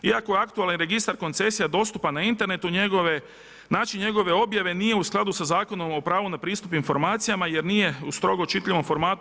Iako je aktualan registar koncesija dostupan na internetu način njegove objave nije u skladu sa Zakonom o pravu na pristup informacijama, jer nije u strogo čitljivom formatu.